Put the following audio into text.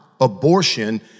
abortion